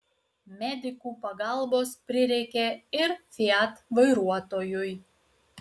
medikų pagalbos prireikė ir fiat vairuotojui